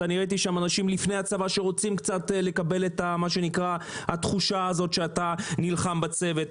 אנשים לפני צבא שרוצים לקבל את התחושה שאתה נלחם בצוות.